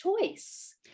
choice